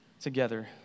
together